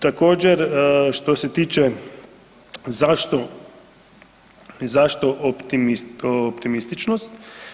Također što se tiče zašto, zašto optimističnost?